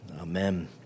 Amen